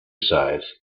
side